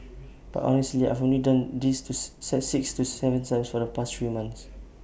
but honestly I've only done this six to Seven times over the past three months